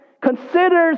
considers